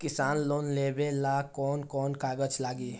किसान लोन लेबे ला कौन कौन कागज लागि?